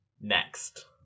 Next